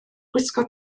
gwisgo